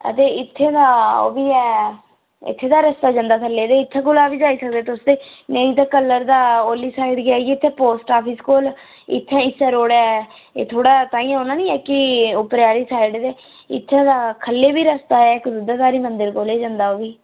अदे इत्थें दा ओह् बी ऐ इत्थें दा रस्ता जंदा थ'ल्लें गी ते इत्थें कोला बी जाई सकनें तुस नेईं ते कल्लर दा उरली साइड गी आइए इत्थें पोस्ट ऑफिस कोल इत्थै इस्सै रोड़े एह् थोह्ड़ा ताई औना न कि उप्पर आह्ली साइड ते इत्थे दा ख'ल्लै बी रस्ता ऐ इक दुधाधारी मंदर कोले जंदा ओह् बी